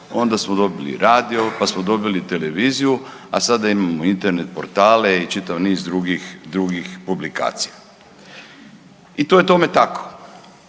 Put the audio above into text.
onda smo dobili radio, pa smo dobili televiziju, a sada imamo internet, portale i čitav niz drugih publikacija. I to je tome tako